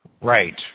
Right